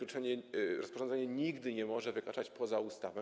Rozporządzenie nigdy nie może wykraczać poza ustawę.